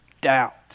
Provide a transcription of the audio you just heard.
doubt